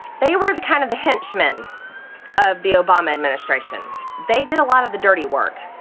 they were the kind of the henchmen of the obama administration. they did a lot of the dirty work.